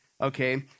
okay